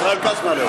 ישראל כץ מעלה אותה.